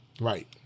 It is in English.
Right